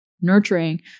nurturing